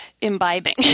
imbibing